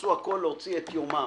יעשו הכול להוציא את יומם.